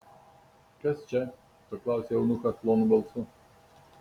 kas čia paklausė eunuchas plonu balsu